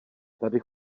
tady